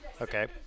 Okay